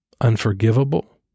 unforgivable